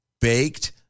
Baked